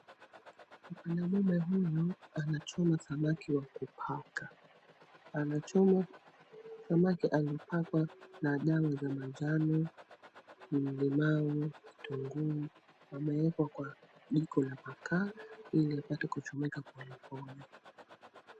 Mwanaume huyu anachoma samaki wa kupaka. Anachoma samaki amepakwa na dawa za manjano, limau, kitunguu. Wamewekwa kwa jiko la makaa ili wapate kuchomeka polepole.